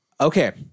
Okay